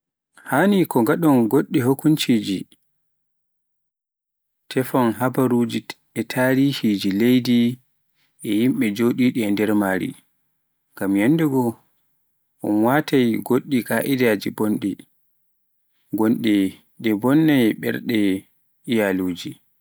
Haani kon gaaɗon goɗɗi hakunci je teffon habaaruji e tarihiiji leydi e yimɓe njooɗi ɓe nder maari, ngam yanndego un waatai ngoɗɗi ka'idaaje bonɗe, gonɗe ɗe mbonnai ɓerɗe iyaaluji.